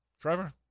Trevor